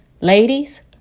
Ladies